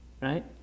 right